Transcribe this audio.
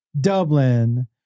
dublin